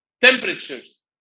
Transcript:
temperatures